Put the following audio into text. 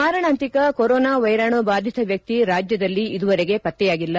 ಮಾರಣಾಂತಿಕ ಕೊರೊನಾ ವೈರಾಣು ಬಾಧಿತ ವ್ಯಕ್ತಿ ರಾಜ್ಯದಲ್ಲಿ ಇದುವರೆಗೆ ಪತ್ತೆಯಾಗಿಲ್ಲ